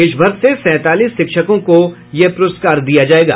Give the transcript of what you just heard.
देशभर से सैंतालीस शिक्षकों को यह पुरस्कार दिया जायेगा